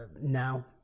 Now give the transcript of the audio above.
now